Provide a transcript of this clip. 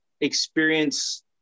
experience